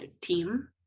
team